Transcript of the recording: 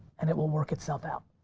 and it will work itself out.